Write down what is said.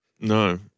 No